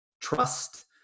trust